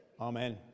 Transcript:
Amen